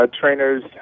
Trainers